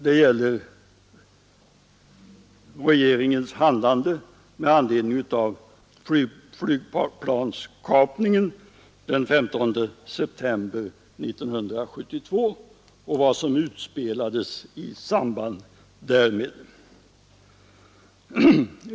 Det gäller regeringens handlande med anledning av flygkapningen den 15 september 1972 och vad som utspelades i samband därmed.